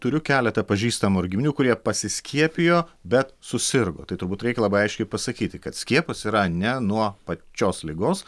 turiu keletą pažįstamų ir giminių kurie pasiskiepijo bet susirgo tai turbūt reikia labai aiškiai pasakyti kad skiepas yra ne nuo pačios ligos